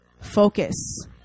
Focus